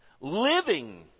living